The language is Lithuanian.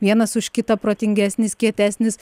vienas už kitą protingesnis kietesnis